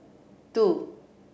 two